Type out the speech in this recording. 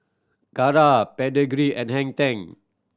Kara Pedigree and Heng Ten